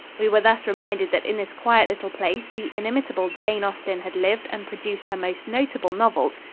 we were thus reminded that in this quiet little place the inimitable jane austin had lived and produced her most notable novels,